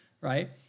right